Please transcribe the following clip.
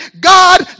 God